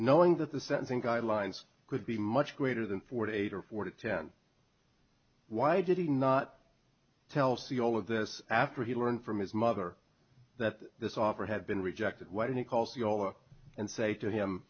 knowing that the sentencing guidelines could be much greater than forty eight or forty ten why did he not tell us the all of this after he learned from his mother that this offer had been rejected what he calls the all up and say to him